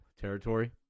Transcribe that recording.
territory